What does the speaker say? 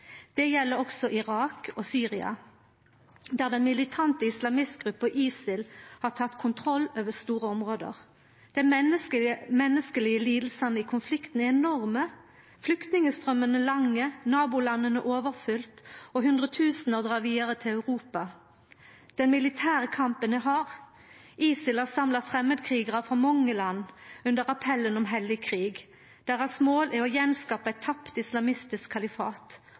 Det gjeld også Irak og Syria, der den militante islamistgruppa ISIL har teke kontroll over store område. Dei menneskelege lidingane i konflikten er enorme, flyktningstraumane lange, nabolanda overfylte og hundretusenar dreg vidare til Europa. Den militære kampen er hard. ISIL har samla framandkrigarar frå mange land under appellen om heilag krig. Deira mål er å gjenskapa eit tapt islamistisk kalifat.